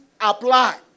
apply